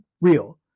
real